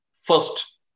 First